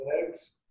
legs